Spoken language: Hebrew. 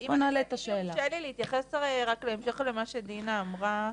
אם יורשה לי להתייחס, רק בהמשך למה שדינה אמרה.